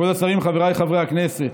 כבוד השרים, חבריי חברי הכנסת,